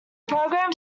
programme